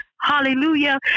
Hallelujah